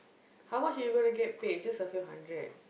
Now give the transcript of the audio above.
how much are you gonna get paid just a few hundred